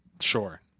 Sure